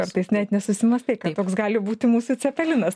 kartais net nesusimąstai kad toks gali būti mūsų cepelinas